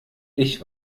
ich